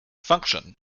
function